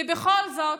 ובכל זאת,